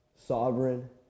sovereign